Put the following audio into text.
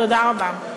תודה רבה.